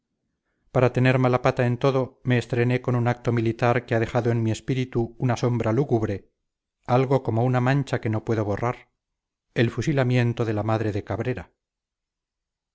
para tener mala pata en todo me estrené con un acto militar que ha dejado en mi espíritu una sombra lúgubre algo como una mancha que no puedo borrar el fusilamiento de la madre de cabrera